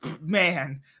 man